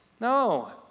No